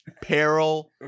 peril